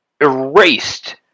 erased